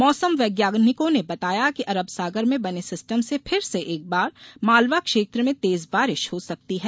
मौसम वैज्ञानिकों ने बताया कि अरब सागर में बने सिस्टम से फिर से एक बार मालवा क्षेत्र में तेज बारिश हो सकती है